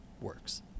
works